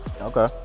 okay